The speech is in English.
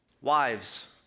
wives